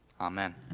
Amen